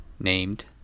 named